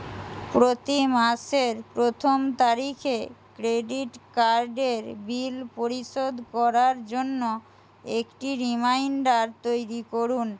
প্রতি মাসের প্রথম তারিখে ক্রেডিট কার্ডের বিল পরিশোধ করার জন্য একটি রিমাইন্ডার তৈরি করুন